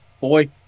boy